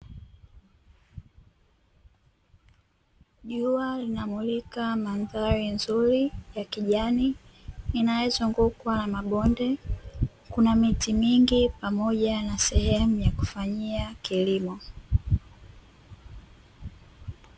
Jua linamulika mandhari nzuri ya kijani inayozungukwa na mabonde, kuna miti mingi pamoja na sehemu ya kufanyia kilimo.